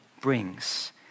brings